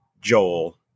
Joel